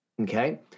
okay